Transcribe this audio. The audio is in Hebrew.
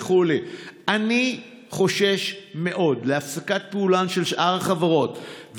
אני חושש מאוד להפסקת פעולה של שאר החברות,